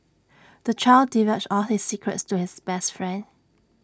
the child divulged all his secrets to his best friend